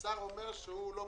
21 יום, ובמידה, אופיר.